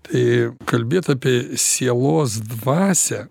tai kalbėt apie sielos dvasią